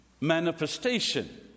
manifestation